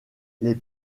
les